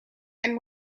and